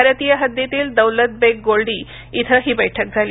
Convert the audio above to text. भारतीय हद्दीतील दौलत बेग गोल्डी इथं ही बैठक झाली